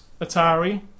Atari